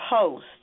post